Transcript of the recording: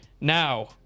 now